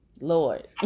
Lord